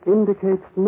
Indicates